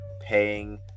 paying